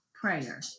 prayer